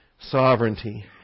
Sovereignty